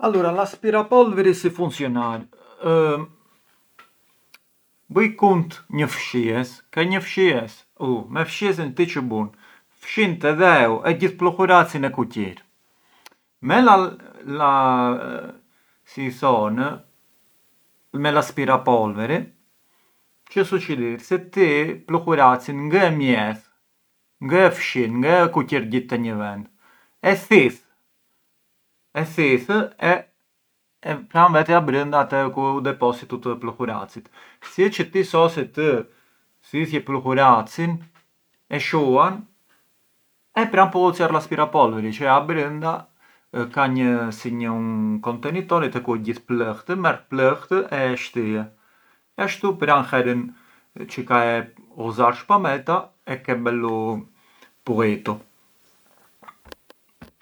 Allura l‘aspirapolviri si funcjonar, buj kunt një fshies, e ke një fshies? Ou, me fshiesën ti çë bun? Fshin te dheu e gjith pluhuracin e kuqir, me si i thonë, me l‘aspirapolviri çë suçidhir, ti pluhuracin ngë e mjedh, ngë e fshin, ngë e kuqir gjith te një vend, ti e thith, e thith e pran vete abrënda te ku depositaret pluhurac, si çë ti sose të thithje pluhuracin e shuan e pran pullicjar l’aspirapolveri, çë abrënda ka një si un contenitore te ku ë gjith plëht, merr plëht e e shtie e ashtu herën çë ka e ghuzarsh pameta e ke belu pulitu.